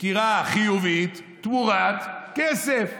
סקירה חיובית תמורת כסף,